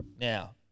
Now